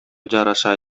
жараша